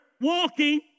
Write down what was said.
walking